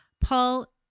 Paul